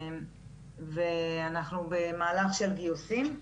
ואנחנו במהלך של גיוסים.